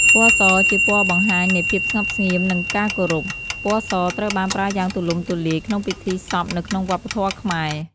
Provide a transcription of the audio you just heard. ពណ៌ស ជាពណ៌បង្ហាញនៃភាពស្ងប់ស្ងៀម និងការគោរព។ ពណ៌សត្រូវបានប្រើយ៉ាងទូលំទូលាយក្នុងពិធីសពនៅក្នុងវប្បធម៌ខ្មែរ។